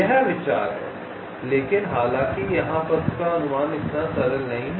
यह विचार है लेकिन हालाँकि यहाँ पथ का अनुगमन इतना सरल नहीं है